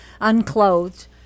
unclothed